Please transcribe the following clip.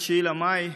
ב-9 במאי,